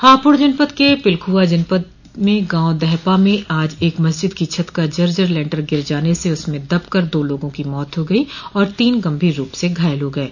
हापुड़ जनपद के पिलखुवा जनपद में गांव दहपा में आज एक मस्जिद की छत का जर्जर लेंटर गिर जाने से उसमें दबकर दो लोगों की मौत हो गयी और तीन गंभीर रूप से घायल हो गये